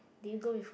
did you go before